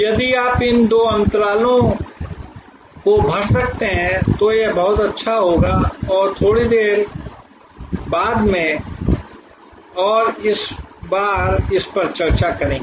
यदि आप इन दो अंतरालों को भर सकते हैं तो यह बहुत अच्छा होगा और थोड़ी देर बादमें और एक बार इस पर चर्चा करेंगे